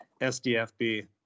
SDFB